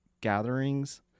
gatherings